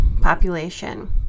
population